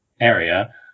area